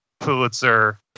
Pulitzer